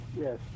Yes